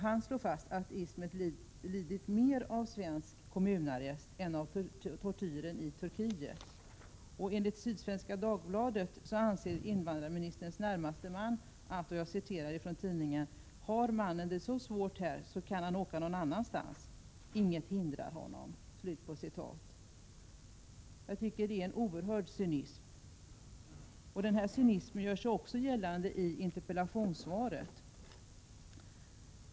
Det slås fast att Ismet har lidit mer av svensk kommunarrest än av tortyren i Turkiet. Enligt Sydsvenska Dagbladet anser invandrarministerns närmaste man följande: ”Har mannen det så svårt här så kan han åka någon annanstans. Inget hindrar honom.” Jag tycker att det är en oerhörd cynism. Den cynismen gör sig också gällande i interpellationssvaret.